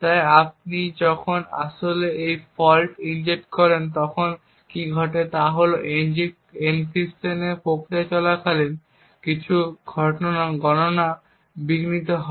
তাই আপনি যখন আসলে একটি ফল্ট ইনজেক্ট করেন তখন কী ঘটে তা হল এনক্রিপশন প্রক্রিয়া চলাকালীন কিছু গণনা বিঘ্নিত হয়